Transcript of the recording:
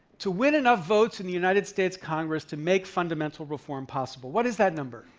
to win enough votes in the united states congress to make fundamental reform possible? what is that number?